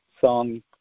song